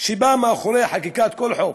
שבא מאחורי חקיקת כל חוק,